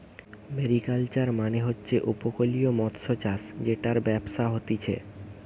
mariculture মানে হচ্ছে উপকূলীয় মৎস্যচাষ জেটার ব্যবসা হতিছে